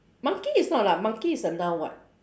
monkey is not lah monkey is a noun [what]